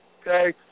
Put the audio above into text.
Okay